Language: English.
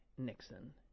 Nixon